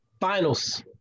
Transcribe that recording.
finals